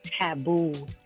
taboo